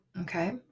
Okay